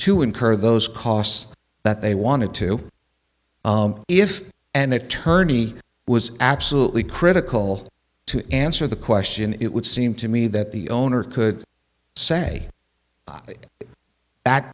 to incur those costs that they wanted to if an attorney was absolutely critical to answer the question it would seem to me that the owner could say